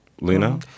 Lena